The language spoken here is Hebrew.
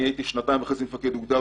הייתי שנתיים וחצי מפקד אוגדה,